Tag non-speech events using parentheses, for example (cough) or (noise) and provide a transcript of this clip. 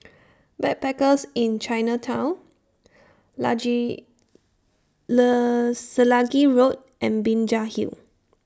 Backpackers Inn Chinatown large (unintelligible) Selegie Road and Binjai Hill